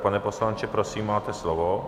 Pane poslanče, prosím, máte slovo.